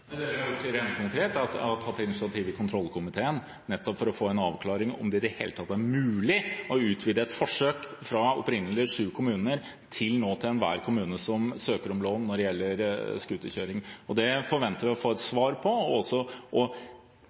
Det vi har gjort, rent konkret, er at vi har tatt et initiativ overfor kontrollkomiteen nettopp for å få en avklaring av om det i det hele tatt er mulig å utvide et forsøk fra opprinnelig sju kommuner til nå til enhver kommune som søker om lån når det gjelder scooterkjøring. Det forventer vi å få et svar på og